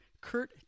Kurt